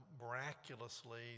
miraculously